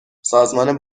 سازمان